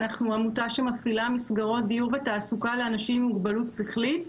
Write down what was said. אנחנו עמותה שמפעילה מסגרות דיור ותעסוקה לאנשים עם מוגבלות שכלית,